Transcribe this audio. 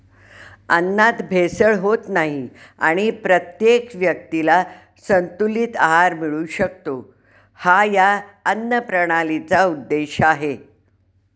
अन्नात भेसळ होत नाही आणि प्रत्येक व्यक्तीला संतुलित आहार मिळू शकतो, हा या अन्नप्रणालीचा उद्देश आहे